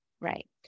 Right